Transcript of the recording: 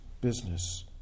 business